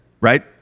right